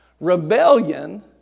Rebellion